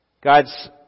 God's